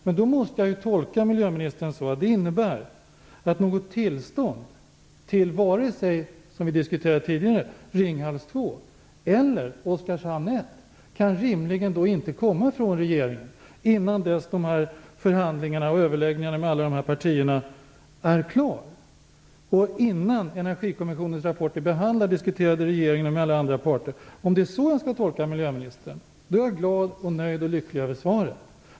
Men då måste jag ju tolka miljöministern så, att det innebär att något tillstånd från regeringen rimligen inte kan komma i fråga till vare sig Ringhals 2 eller Oskarshamn 1 förrän förhandlingarna och överläggningarna med alla partierna är klara och Energikommissionens rapport är behandlad samt diskuterad inom regeringen och med alla andra parter. Om det är så jag skall tolka miljöministern, är jag glad, nöjd och lycklig över svaret.